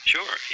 Sure